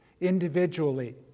individually